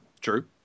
true